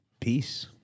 Peace